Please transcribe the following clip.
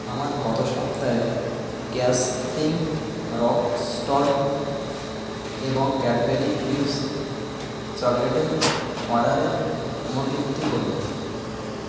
আমার গত সপ্তাহের ক্যাশপিঙ্ক রক সল্ট এবং ক্যাডবেরি ফিউজ চকলেটের অর্ডারের পুনরাবৃত্তি করুন